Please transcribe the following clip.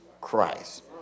Christ